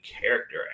character